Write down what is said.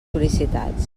sol·licitats